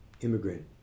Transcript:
immigrant